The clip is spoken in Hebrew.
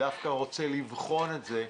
דווקא אני רוצה לבחון את זה,